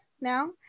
now